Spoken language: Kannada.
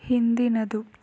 ಹಿಂದಿನದು